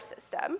system